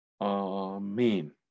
Amen